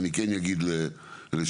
אני כן אגיד לשבחם,